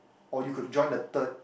or you could join the third